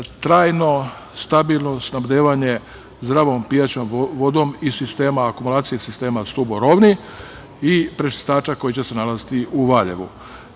trajno stabilno snabdevanje zdravom pijaćom vodom akumulacije iz sistema „Stubo-Rovni“ i prečistača koji će se nalaziti u Valjevu.